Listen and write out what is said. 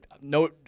no